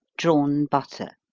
drawn butter.